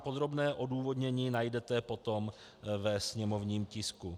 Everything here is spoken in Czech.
Podrobné odůvodnění najdete potom ve sněmovním tisku.